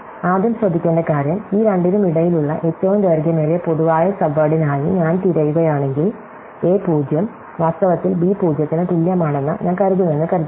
ആദ്യം ശ്രദ്ധിക്കേണ്ട കാര്യം ഈ രണ്ടിനുമിടയിലുള്ള ഏറ്റവും ദൈർഘ്യമേറിയ പൊതുവായ സബ്വേഡിനായി ഞാൻ തിരയുകയാണെങ്കിൽ a 0 വാസ്തവത്തിൽ b 0 ന് തുല്യമാണെന്ന് ഞാൻ കരുതുന്നുവെന്ന് കരുതുക